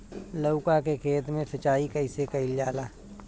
लउका के खेत मे सिचाई कईसे कइल जाला?